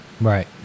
Right